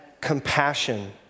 compassion